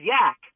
yak